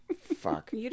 Fuck